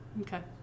Okay